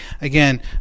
again